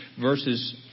verses